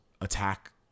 Attack